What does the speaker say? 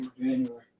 January